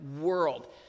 world